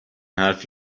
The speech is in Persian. حرفی